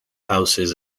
houses